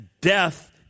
death